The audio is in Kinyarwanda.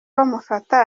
bamufata